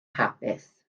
hapus